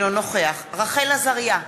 אינו נוכח רחל עזריה,